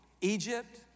Egypt